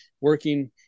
working